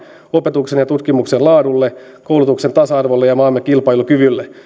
opetuksen ja tutkimuksen laadulle koulutuksen tasa arvolle ja maamme kilpailukyvylle